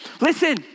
listen